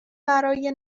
برای